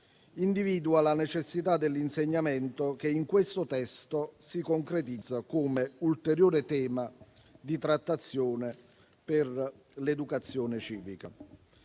individua la necessità dell'insegnamento, che in questo testo si concretizza come ulteriore tema di trattazione per l'educazione civica.